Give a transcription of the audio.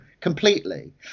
completely